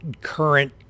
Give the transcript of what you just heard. current